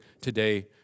today